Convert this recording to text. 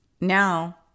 Now